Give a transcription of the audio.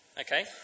Okay